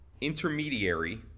intermediary